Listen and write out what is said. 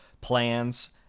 plans